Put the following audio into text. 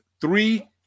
three